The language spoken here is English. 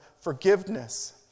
forgiveness